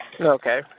Okay